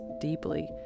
deeply